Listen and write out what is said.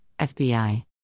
FBI